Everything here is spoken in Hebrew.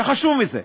וחשוב מזה,